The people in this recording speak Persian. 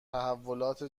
تحولات